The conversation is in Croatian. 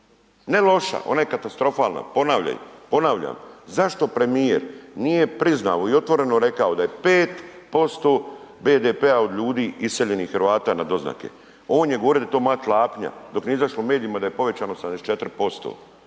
Ne loša, ona je katastrofalna. Ponavljam, zašto premijer nije priznao i otvoreno rekao da je 5% BDP-a od ljudi iseljenih Hrvata na doznake? On je govorio da je to moja klapnja, dok nije izašlo u medijima da je povećano 74%.